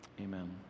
Amen